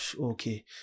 okay